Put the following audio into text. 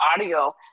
audio